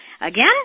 Again